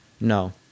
no